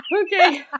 Okay